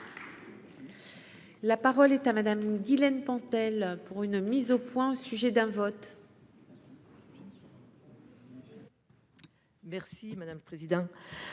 La parole est à madame Guilaine Pentel pour une mise au point au sujet d'un vote.